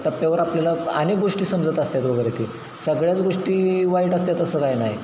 टप्प्यावर आपल्याला अनेक गोष्टी समजत असतात वगैरे की सगळ्याच गोष्टी वाईट असतात असं काय नाही